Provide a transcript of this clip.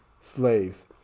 slaves